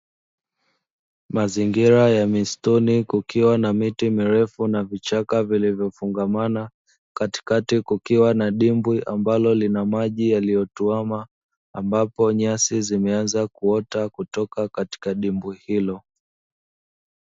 Mazingira ya misituni kukiwa na miti mirefu na vichaka vilivyofungamana, katikati kukiwa na dimbwi ambalo lina maji yaliyotuama, ambapo nyasi zimeanza kuota kutoka katika dimbwi hilo.